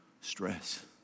Stress